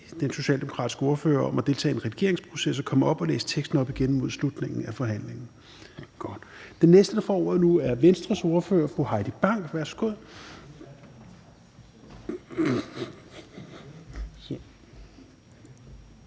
den socialdemokratiske ordfører om at deltage i en redigeringsproces og komme op og læse teksten op igen i slutningen af forhandlingen. Den næste, der får ordet nu, er Venstres ordfører. Fru Heidi Bank,